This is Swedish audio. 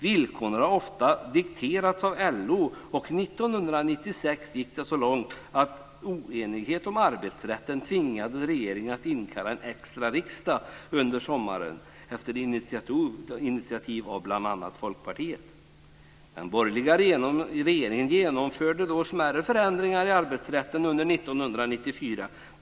Villkoren har ofta dikterats av LO, och 1996 gick det så långt att oenighet om arbetsrätten tvingade regeringen att inkalla riksdagen under sommaren på initiativ av bl.a. Folkpartiet. Den borgerliga regeringen genomförde några smärre förändringar i arbetsrätten under 1994.